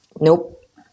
Nope